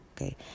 Okay